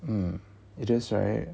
mm it is right